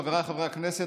חבריי חברי הכנסת,